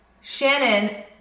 Shannon